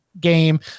game